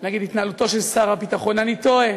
נגד התנהלותו של שר הביטחון, אני תוהה